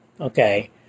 Okay